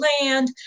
land